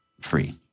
free